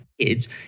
kids